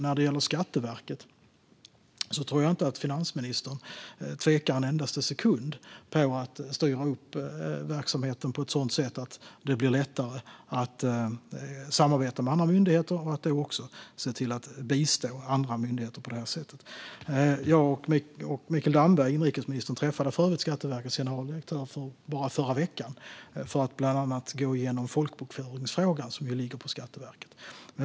När det gäller Skatteverket tror jag inte att finansministern tvekar en endaste sekund inför att styra upp verksamheten på ett sådant sätt att det blir lättare att samarbeta med andra myndigheter och även bistå andra myndigheter på det här sättet. Jag och inrikesminister Mikael Damberg träffade för övrigt Skatteverkets generaldirektör bara i förra veckan för att bland annat gå igenom folkbokföringsfrågan, som ligger på Skatteverket.